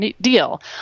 deal